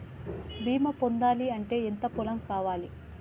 బీమా పొందాలి అంటే ఎంత పొలం కావాలి?